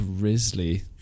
Grizzly